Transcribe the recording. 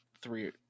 three